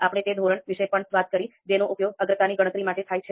આપણે તે ધોરણ વિશે પણ વાત કરી જેનો ઉપયોગ અગ્રતાની ગણતરી માટે થાય છે